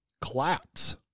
collapse